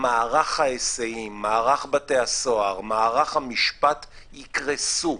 מערך ההיסעים, מערך בתי הסוהר, מערך המשפט יקרסו,